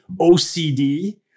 OCD